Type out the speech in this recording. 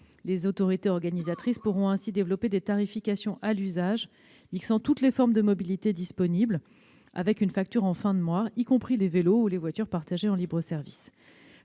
Les autorités organisatrices de transports pourront ainsi développer des tarifications à l'usage, mixant toutes les formes de mobilité disponibles avec une facture en fin de mois, y compris les vélos ou les voitures partagées en libre-service.